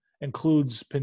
includes